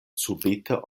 subite